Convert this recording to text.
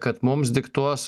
kad mums diktuos